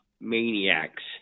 Maniacs